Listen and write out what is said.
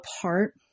apart